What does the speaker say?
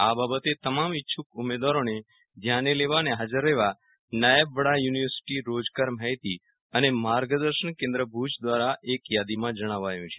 આ બાબતે તમામ ઈચ્છૂક ઉમેદવારોને ધ્યાને લેવા અને હાજર રહેવા નાયબ વડા યુનિવર્સિટી રોજગાર માહિતી અને માર્ગદર્શન કેન્દ્ર ભુજ દ્વારા જણાવાયું છે